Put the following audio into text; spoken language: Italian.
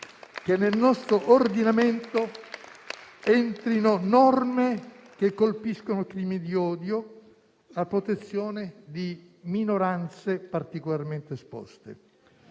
che nel nostro ordinamento entrino norme che colpiscono crimini di odio a protezione di minoranze particolarmente esposte.